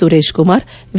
Suresh Kumar A